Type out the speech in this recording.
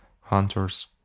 hunters